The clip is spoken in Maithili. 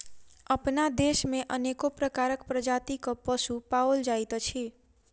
अपना देश मे अनेको प्रकारक प्रजातिक पशु पाओल जाइत अछि